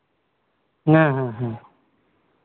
ᱦᱮᱸ ᱦᱮᱸ ᱦᱮᱸ